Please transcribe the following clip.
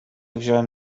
wziąłem